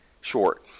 short